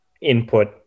input